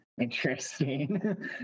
interesting